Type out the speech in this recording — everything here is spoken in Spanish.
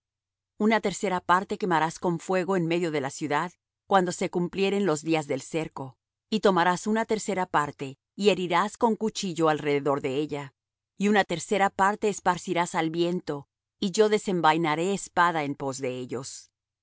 una tercera parte quemarás con fuego en medio de la ciudad cuando se cumplieren los días del cerco y tomarás una tercera parte y herirás con cuchillo alrededor de ella y una tercera parte esparcirás al viento y yo desenvainaré espada en pos de ellos